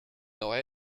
nord